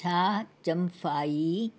छा चम्फाई